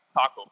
Taco